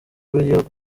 rw’igihugu